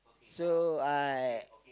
so I